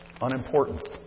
unimportant